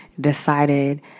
decided